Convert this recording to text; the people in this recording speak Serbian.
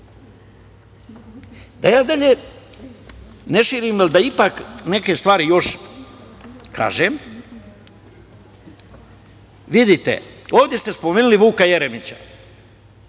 ja dalje ne širim, ali da ipak neke stvari još kažem. Vidite, ovde ste spomenuli Vuka Jeremića,